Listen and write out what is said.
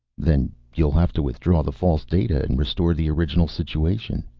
then you'll have to withdraw the false data and restore the original situation.